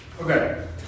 Okay